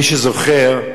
מי שזוכר,